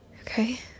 Okay